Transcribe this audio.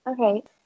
Okay